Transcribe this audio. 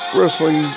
Wrestling